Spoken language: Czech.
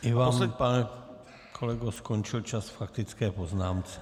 I vám pane kolego skončil čas k faktické poznámce.